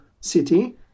city